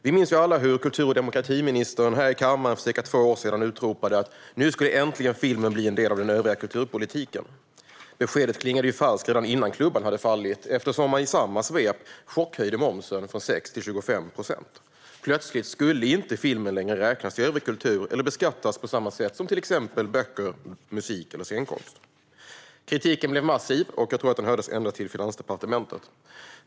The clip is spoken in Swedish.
Vi minns alla hur kultur och demokratiministern här i kammaren för ca två år sedan utropade: Nu äntligen ska filmen bli en del av den övriga kulturpolitiken! Beskedet klingade falskt redan innan klubban hade fallit eftersom man i samma svep chockhöjde momsen från 6 till 25 procent. Plötsligt skulle inte filmen längre räknas till övrig kultur eller beskattas på samma sätt som till exempel böcker, musik eller scenkonst. Kritiken blev massiv. Jag tror att den hördes ända till Finansdepartementet.